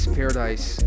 paradise